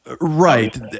Right